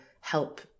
help